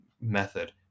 method